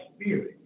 spirit